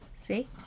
See